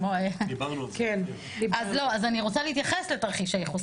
אני רוצה להתייחס לתרחיש הייחוס,